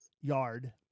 yard